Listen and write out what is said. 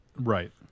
Right